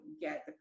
get